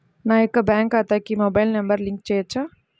నా యొక్క బ్యాంక్ ఖాతాకి మొబైల్ నంబర్ లింక్ చేయవచ్చా?